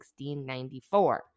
1694